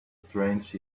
strange